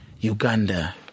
Uganda